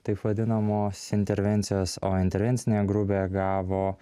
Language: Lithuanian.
taip vadinamos intervencijos o intervencinė grupė gavo